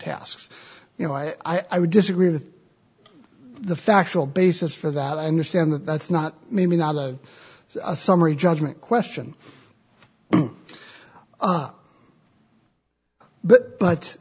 tasks you know i would disagree with the factual basis for that i understand that that's not me not a summary judgment question but but